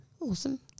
Awesome